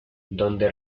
donde